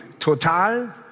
Total